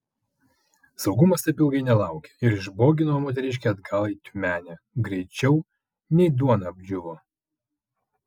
saugumas taip ilgai nelaukė ir išbogino moteriškę atgal į tiumenę greičiau nei duona apdžiūvo